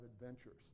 adventures